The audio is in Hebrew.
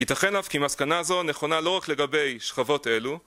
ייתכן אף כי מסקנה זו נכונה לא רק לגבי שכבות אלו